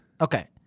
Okay